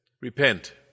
Repent